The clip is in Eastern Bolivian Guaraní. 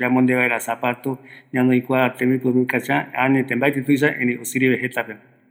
yamonde vaera mbɨrɨru